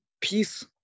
peace